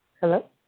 Hello